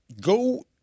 go